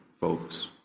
folks